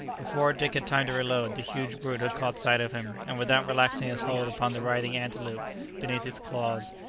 before dick had time to reload, the huge brute had caught sight of him, and without relaxing its hold upon the writhing antelope beneath its claws,